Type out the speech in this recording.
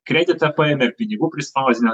kreditą paimi ar pinigų prispausdini